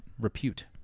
repute